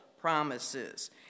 promises